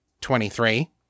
twenty-three